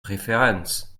referens